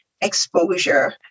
exposure